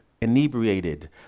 inebriated